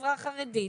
בחברה החרדית,